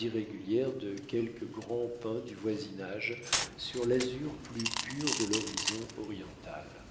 irrégulières de quelques grands pins du voisinage sur l'azur plus pur de l'horizon oriental